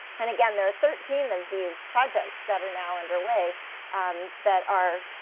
and again, there are thirteen of these projects that are now underway um that are